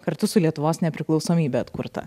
kartu su lietuvos nepriklausomybe atkurta